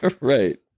right